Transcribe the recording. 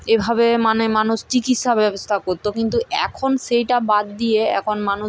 এভাবে মানে মানুষ চিকিৎসা ব্যবস্থা করত কিন্তু এখন সেইটা বাদ দিয়ে এখন মানুষ